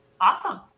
awesome